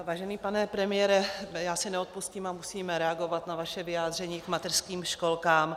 Vážený pane premiére, neodpustím si to a musím reagovat na vaše vyjádření k mateřským školkám.